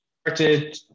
started